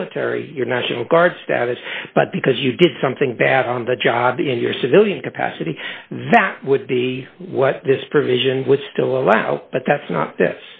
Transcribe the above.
military your national guard status but because you did something bad on the job in your civilian capacity that would be what this provision would still allow but that's not